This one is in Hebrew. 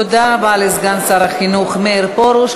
תודה רבה לסגן שר החינוך מאיר פרוש.